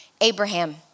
Abraham